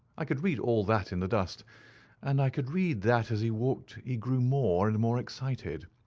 i could read all that in the dust and i could read that as he walked he grew more and more excited.